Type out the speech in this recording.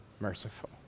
merciful